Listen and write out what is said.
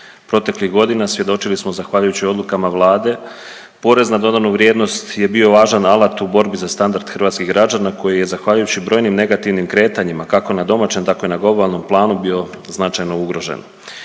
Proteklih godina svjedočili smo zahvaljujući odlukama Vlade, PDV je bio važan alat u borbi za standard hrvatskih građana koji je zahvaljujući brojnim negativnim kretanjima, kako na domaćem tako i na globalnom planu bio značajno ugrožen.